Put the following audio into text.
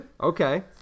Okay